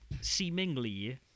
seemingly